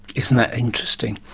isn't that interesting?